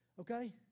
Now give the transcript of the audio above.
okay